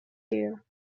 here